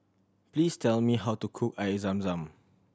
please tell me how to cook Air Zam Zam